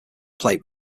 plate